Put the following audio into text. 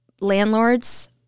landlords